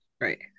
Right